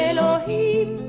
Elohim